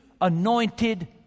anointed